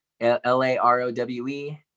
L-A-R-O-W-E